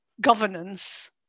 governance